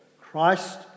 Christ